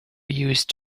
used